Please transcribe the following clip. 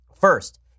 first